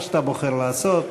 מה שאתה בוחר לעשות,